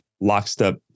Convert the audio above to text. lockstep